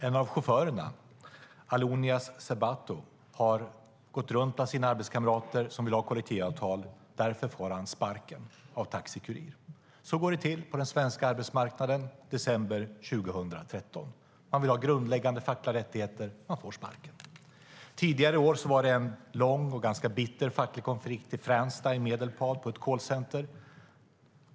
En av chaufförerna, Allonias Sebhatu, har gått runt bland de arbetskamrater som vill ha kollektivavtal. Därför får han sparken av Taxi Kurir. Så går det till på den svenska arbetsmarknaden i december 2013. Man vill ha grundläggande fackliga rättigheter, och då får man sparken. Tidigare i år var det en lång och ganska bitter facklig konflikt på ett callcenter i Fränsta i Medelpad.